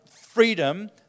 freedom